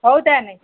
ହଉ ତାହେଲେ